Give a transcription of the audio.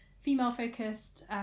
female-focused